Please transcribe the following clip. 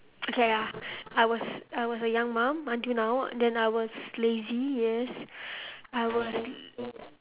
okay ah ya I was I was a young mum until now then I was lazy yes I was